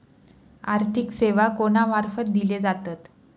आर्थिक सेवा कोणा मार्फत दिले जातत?